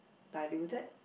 diluted